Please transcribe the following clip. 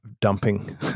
dumping